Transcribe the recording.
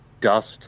dust